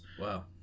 Wow